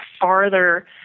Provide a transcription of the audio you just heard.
farther